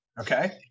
Okay